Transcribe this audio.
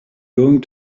going